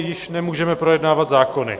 Již nemůžeme projednávat zákony.